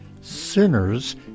sinners